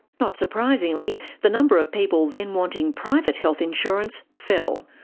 not surprisingly, the number of people then wanting private health insurance fell.